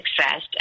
success